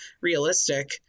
realistic